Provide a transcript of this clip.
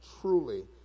truly